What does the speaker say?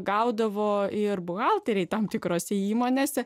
gaudavo ir buhalteriai tam tikrose įmonėse